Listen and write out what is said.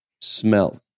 smell